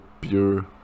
pure